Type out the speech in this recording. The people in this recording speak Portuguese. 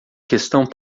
questão